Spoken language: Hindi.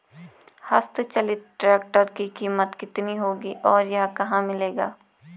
हस्त चलित ट्रैक्टर की कीमत कितनी होगी और यह कहाँ मिलेगा?